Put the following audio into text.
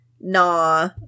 Nah